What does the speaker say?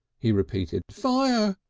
he repeated, fire!